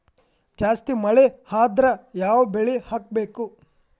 ಜಾಸ್ತಿ ಮಳಿ ಆದ್ರ ಯಾವ ಬೆಳಿ ಹಾಕಬೇಕು?